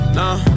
nah